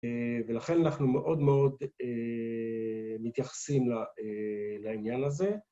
ולכן אנחנו מאוד מאוד מתייחסים לעניין הזה.